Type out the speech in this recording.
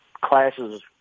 classes